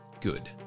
good